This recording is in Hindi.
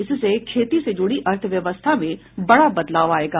इससे खेती से जुड़ी अर्थव्यवस्था में बड़ा बदलाव आएगा